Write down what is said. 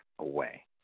away